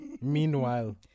Meanwhile